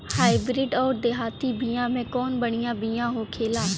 Hybrid अउर देहाती बिया मे कउन बढ़िया बिया होखेला?